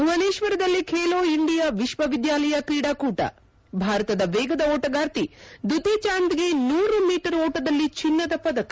ಭುವನೇಶ್ವರದಲ್ಲಿ ಬೇಲೋ ಇಂಡಿಯಾ ವಿಶ್ವವಿದ್ಯಾಲಯ ಕ್ರೀಡಕೂಟ ಭಾರತದ ವೇಗದ ಓಟಗಾರ್ತಿ ದುತೀ ಚಾಂದ್ಗೆ ನೂರು ಮೀಟರ್ ಓಟದಲ್ಲಿ ಚಿನ್ನದ ಪದಕ